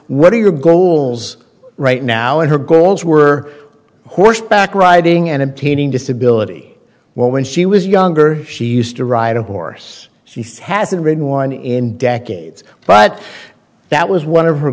what are your goals right now and her goals were horseback riding and obtaining disability when she was younger she used to ride a horse she hasn't ridden one in decades but that was one of her